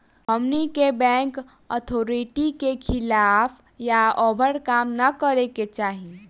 हमनी के bank authority के खिलाफ या ओभर काम न करे के चाही